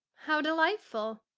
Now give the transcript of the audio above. how delightful!